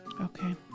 Okay